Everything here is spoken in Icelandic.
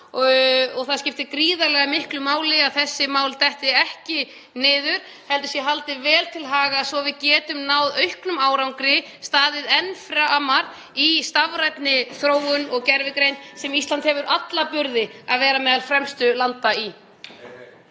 Og það skiptir gríðarlega miklu máli að þessi mál detti ekki niður heldur sé þeim haldið vel til haga svo að við getum náð auknum árangri og staðið enn framar í stafrænni þróun og gervigreind (Forseti hringir.) sem Ísland hefur alla burði til að vera meðal fremstu landa í.